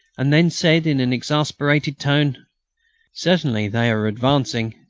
and then said in an exasperated tone certainly, they are advancing.